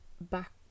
back